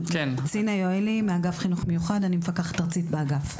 אני מפקחת ארצית באגף חינוך מיוחד.